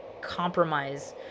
compromise